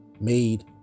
made